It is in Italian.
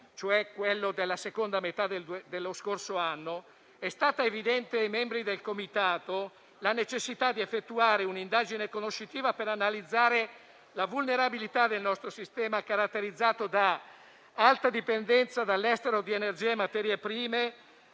quello della seconda metà dello scorso anno - è stata evidente ai membri del Comitato la necessità di effettuare un'indagine conoscitiva per analizzare la vulnerabilità del nostro sistema, caratterizzato da alta dipendenza dall'estero di energia e materie prime,